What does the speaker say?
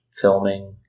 filming